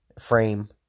frame